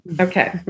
Okay